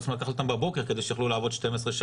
הם היו צריכים לקחת את זה בבוקר כדי שיוכלו לעבוד 12 שעות,